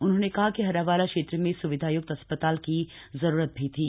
उन्होंने कहा कि हर्रावाला क्षेत्र में स्विधायक्त अस्पताल की जरूरत भी थी